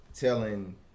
telling